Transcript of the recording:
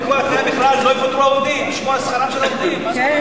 יש מכרז ויש זוכה,